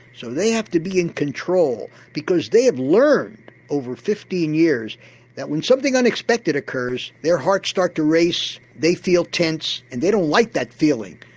so they have to be in control, because they have learned over fifteen years that when something unexpected occurs their hearts start to race, they feel tense and they don't like that feeling.